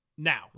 Now